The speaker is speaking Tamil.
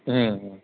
ம் ம்